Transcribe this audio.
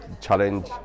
challenge